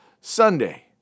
Sunday